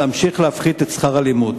להמשיך להפחית את שכר הלימוד.